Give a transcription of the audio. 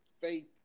Faith